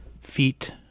Feet